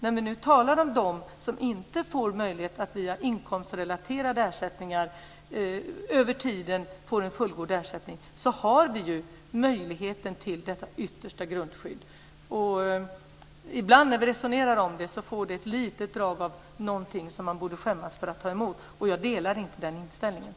När vi talar om dem som inte har möjlighet att via inkomstrelaterade ersättningar över tiden få en fullgod ersättning finns ju möjligheten till detta yttersta grundskydd. Ibland när vi resonerar om det får det ett litet drag av att vara någonting som man borde skämmas för att ta emot. Jag delar inte den inställningen.